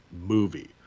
movie